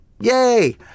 Yay